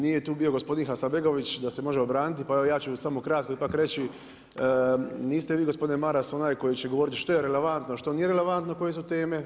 Nije tu bio gospodin Hasanbegović da se može obraniti pa evo ja ću samo ipak kratko reći, niste vi gospodine Maras onaj koji će govoriti što je relevantno, a što nije relevantno koje su teme.